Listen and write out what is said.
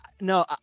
No